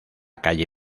calle